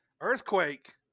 Earthquake